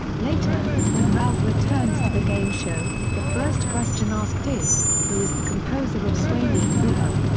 later, when ralph returns to the game show, the first question asked is, who is the composer of swanee river?